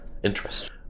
interest